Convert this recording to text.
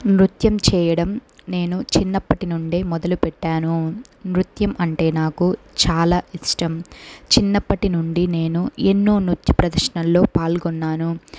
నృత్యం చేయడం నేను చిన్నప్పటి నుండే మొదలుపెట్టాను నృత్యం అంటే నాకు చాలా ఇష్టం చిన్నప్పటి నుండి నేను ఎన్నో నృత్య ప్రదర్శనల్లో పాల్గొన్నాను